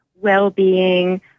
well-being